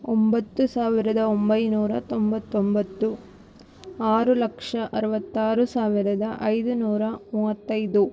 ಒಂಬತ್ತು ಸಾವಿರದ ಒಂಬೈನೂರ ತೊಂಬತ್ತೊಂಬತ್ತು ಆರು ಲಕ್ಷ ಅರವತ್ತಾರು ಸಾವಿರದ ಐದುನೂರ ಮೂವತ್ತೈದು